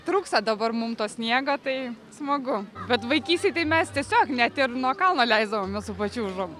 trūksta dabar mum to sniego tai smagu bet vaikystėj tai mes tiesiog net ir nuo kalno leisdavomės su pačiūžom